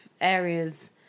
areas